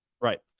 Right